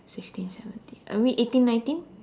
sixteen seventeen uh maybe eighteen nineteen